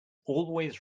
always